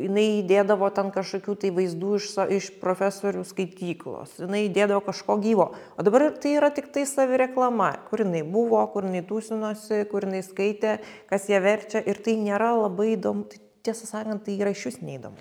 jinai įdėdavo ten kažkokių tai vaizdų iš so iš profesorių skaityklos jinai įdėdavo kažko gyvo o dabar tai yra tiktai savireklama kur jinai buvo kur jinai tūsinosi kur jinai skaitė kas ją verčia ir tai nėra labai įdomu tai tiesą sakant tai yra išvis neįdomu